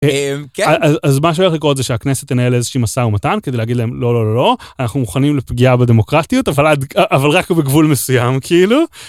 אז מה שהולך לקרות זה שהכנסת תנהל איזושהי משא ומתן כדי להגיד להם לא לא לא אנחנו מוכנים לפגיעה בדמוקרטיות אבל רק בגבול מסוים כאילו.